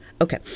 Okay